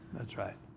that's right.